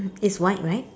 it's white right